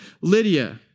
Lydia